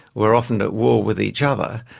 were often at war with each other.